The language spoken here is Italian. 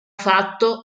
fatto